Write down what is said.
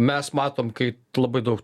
mes matom kaip labai daug